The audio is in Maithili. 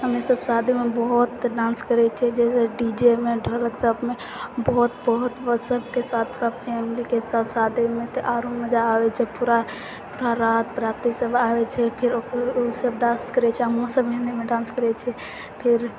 हमे सब शादीमे बहुत डान्स करै छियै जैसे डीजेमे ढ़ोलक सबमे बहुत बहुत दोस्त सबके साथ फैमलीके साथ शादीमे तऽ आरो मजा आबै छै पूरा राति बराती सब आबै छै फिर ओ सब डान्स करै छै हमरा सब भी एन्नेमे डान्स करै छियै